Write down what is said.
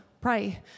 pray